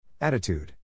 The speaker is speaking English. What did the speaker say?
Attitude